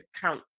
count